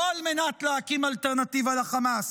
לא על מנת להקים אלטרנטיבה לחמאס,